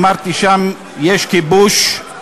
אמרתי: שם יש כיבוש,